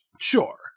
Sure